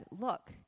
Look